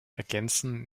ergänzen